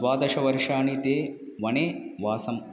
द्वादशवर्षाणि ते वने वासम्